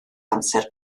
amser